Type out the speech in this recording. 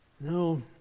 no